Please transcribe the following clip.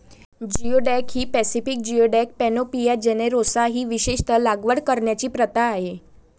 geoduck ही Pacific geoduck, Panopea generosa ही विशेषत लागवड करण्याची प्रथा आहे